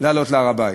לעלות להר-הבית.